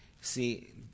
See